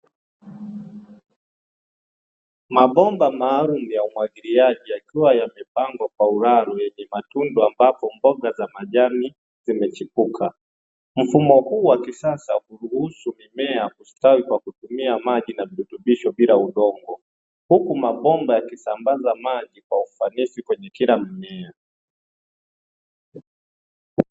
Mabomba maalumu ya umwagiliaji yakiwa yamepangwa kwa ulalo yenye matundu ambapo mboga za majani zimechipuka. Mfumo huu wakisasa huruhusu mimea kustawi kwa kutumia maji na virutubisho bila udongo, huku mabomba yakisambaza maji kwa ufanisi kwenye kila mmea.